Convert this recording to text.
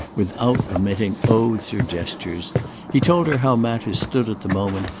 without omitting oaths or gestures he told her how matters stood at the moment,